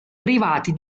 privati